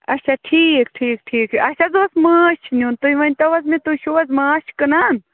اچھا ٹھیٖک ٹھیٖک ٹھیٖک اَسہِ حظ اوس مانٛچھ نِیُن تُہۍ ؤنۍتَو حظ مےٚ تُہۍ چھُو حظ مانٛچھ کٕنان